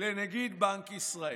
לנגיד בנק ישראל,